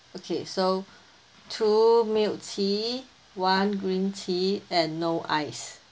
okay so two milk tea one green tea and no ice